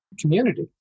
community